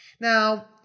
Now